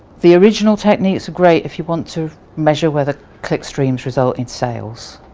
the original techniques are great if you want to measure whether click streams result in sales.